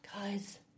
guys